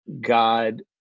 God